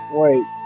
wait